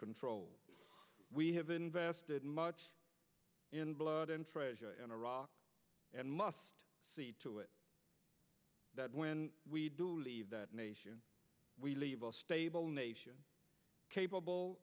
control we have invested much blood and treasure in iraq and must see to it that when we do leave that nation we leave a stable nation capable